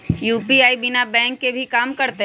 UPI बिना bank के भी कम करतै?